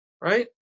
right